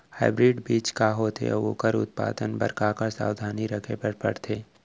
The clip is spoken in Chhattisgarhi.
हाइब्रिड बीज का होथे अऊ ओखर उत्पादन बर का का सावधानी रखे बर परथे?